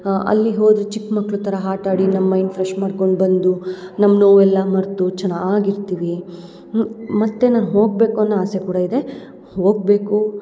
ಅಲ್ಲಿ ಹೋದರೆ ಚಿಕ್ಕ ಮಕ್ಕಳು ಥರ ಆಟ ಆಡಿ ನಮ್ಮ ಮೈಂಡ್ ಫ್ರೆಶ್ ಮಾಡ್ಕೊಂಡು ಬಂದು ನಮ್ಮ ನೋವೆಲ್ಲ ಮರೆತು ಚೆನ್ನಾಗಿ ಇರ್ತೀವಿ ಮತ್ತು ನಾನು ಹೋಗಬೇಕು ಅನ್ನೊ ಆಸೆ ಕೂಡ ಇದೆ ಹೋಗಬೇಕು